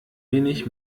wenig